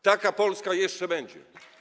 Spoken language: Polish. Taka Polska jeszcze będzie.